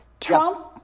Trump